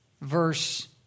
verse